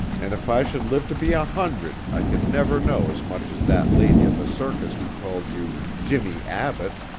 an' if i should live to be a hundred i could never know as much as that lady at the circus who called you jimmie abbott